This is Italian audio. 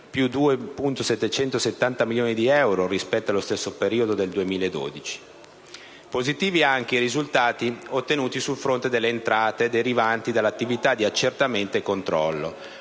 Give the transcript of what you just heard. (più 2.770 milioni di euro rispetto allo stesso periodo del 2012). Positivi anche i risultati ottenuti sul fronte delle entrate derivanti dall'attività di accertamento e controllo: